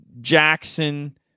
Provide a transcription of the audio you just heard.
Jackson